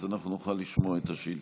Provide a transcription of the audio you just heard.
אנחנו נוכל לשמוע את השאילתה.